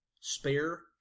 spare